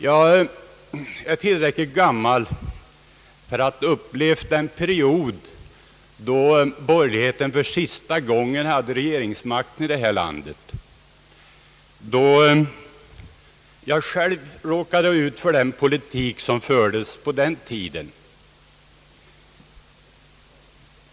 Jag är tillräcklig gammal för att ha upplevt den period då borgerligheten för sista gången hade regeringsmakten i detta land, och jag råkade själv ut för den politik som fördes på den tiden.